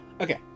okay